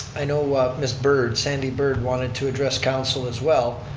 i know ms. bird, sandy bird, wanted to address council as well.